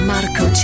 Marco